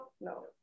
No